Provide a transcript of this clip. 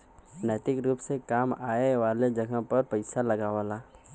नैतिक रुप से काम आए वाले जगह पर पइसा लगावला